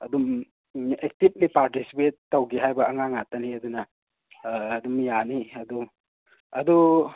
ꯑꯗꯨꯝ actively participate ꯇꯧꯒꯦ ꯍꯥꯏꯕ ꯑꯉꯥꯡ ꯉꯥꯛꯇꯅꯤ ꯑꯗꯨꯅ ꯑꯗꯨꯝ ꯌꯥꯅꯤ ꯑꯗꯨ ꯑꯗꯨ